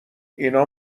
اینا